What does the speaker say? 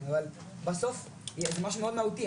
אבל בסוף זה משהו מאוד מהותי.